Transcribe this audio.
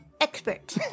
expert